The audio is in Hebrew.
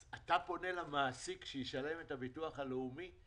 אז אתה פונה למעסיק שישלם את הביטוח הלאומי?